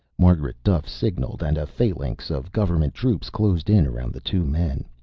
margaret duffe signalled and a phalanx of government troops closed in around the two men.